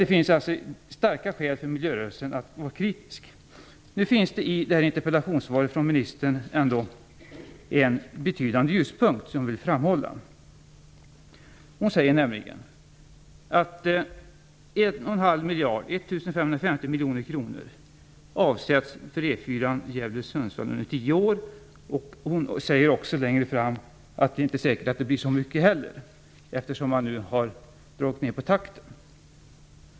Det finns alltså starka skäl för miljörörelsen att vara kritisk. I ministerns interpellationssvar finns det ändå en betydande ljuspunkt, och den vill jag framhålla. Ministern säger nämligen att 1 550 miljoner kronor avsätts under tio år för E 4 när det gäller delen Gävle-Sundsvall. Senare i svaret säger hon dock att det inte är säkert att det blir så mycket, eftersom man nu har dragit ned på takten.